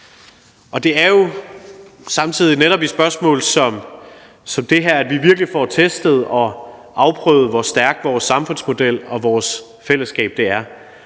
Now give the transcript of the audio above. det er jo samtidig netop i spørgsmål som det her, at vi virkelig får testet og afprøvet, hvor stærk vores samfundsmodel og hvor stærkt vores